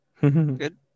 Good